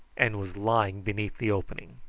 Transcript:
and was lying beneath the opening.